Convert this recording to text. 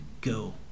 go